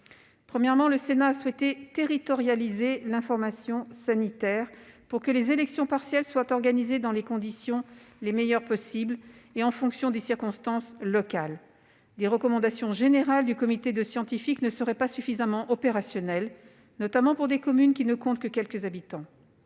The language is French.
Premièrement, le Sénat a souhaité territorialiser l'information sanitaire pour que les élections partielles soient organisées dans les meilleures conditions possible en fonction des circonstances locales. Les recommandations générales du conseil scientifique ne sont pas suffisamment opérationnelles, notamment pour des communes qui ne comptent que quelques habitants.